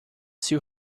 two